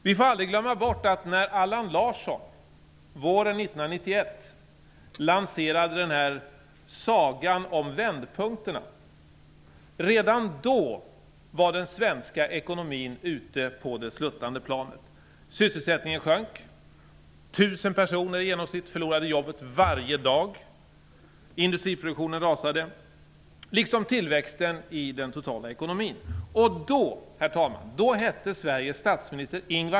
Vi får aldrig glömma bort att redan när Allan Larsson våren 1991 lanserade sagan om vändpunkterna var den svenska ekonomin ute på det sluttande planet. Sysselsättningen sjönk, 1 000 personer i genomsnitt förlorade sina jobb varje dag, industriproduktionen rasade liksom tillväxten i den totala ekonomin.